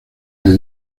les